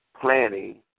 planning